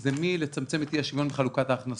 זה לצמצם את אי-השוויון בחלוקת ההכנסות,